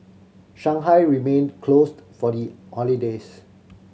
Shanghai remained closed for the holidays